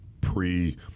pre